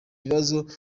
bibazo